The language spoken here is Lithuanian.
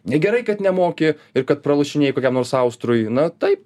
negerai kad nemoki ir kad pralošinėji kokiam nors austrui na taip